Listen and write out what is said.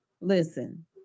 Listen